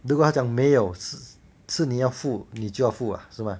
如果他讲没有是是你要付你就要付啊是吗